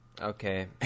okay